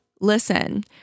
listen